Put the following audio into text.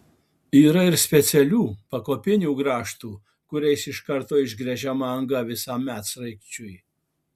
yra ir specialių pakopinių grąžtų kuriais iš karto išgręžiama anga visam medsraigčiui